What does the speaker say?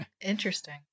Interesting